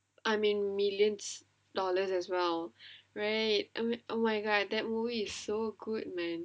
I mean millions dollars as well right I mean oh my god that movie is so good man